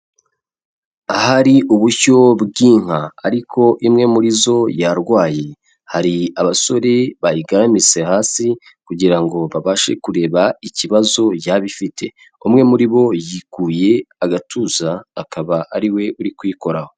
Ahari ubushyo bw'inka ariko imwe muri zo yarwaye, hari abasore bayigaramitse hasi kugira ngo babashe kureba ikibazo yaba ifite, umwe muri bo yikuye agatuza akaba ari we uri kuyikoraho.